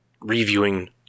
reviewing